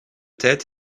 têtes